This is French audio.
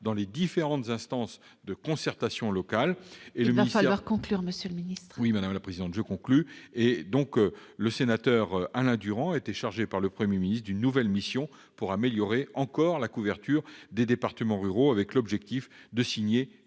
dans les différentes instances de concertation locales. Il va falloir conclure, monsieur le ministre ! Je conclus, madame la présidente. Le sénateur Alain Durand a été chargé par le Premier ministre d'une nouvelle mission pour améliorer encore la couverture des départements ruraux, avec pour objectif la signature